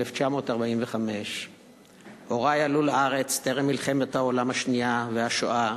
1945. הורי עלו לארץ טרם מלחמת העולם השנייה והשואה,